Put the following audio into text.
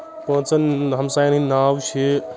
پانژَن ہمسایَن ہٕنٛدۍ ناو چھِ